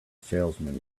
salesman